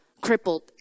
crippled